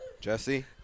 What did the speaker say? Jesse